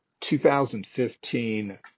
2015